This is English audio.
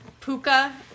Puka